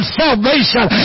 salvation